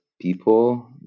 people